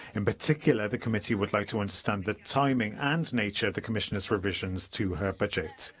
in particular, the committee would like to understand the timing and nature of the commissioner's revisions to her budget.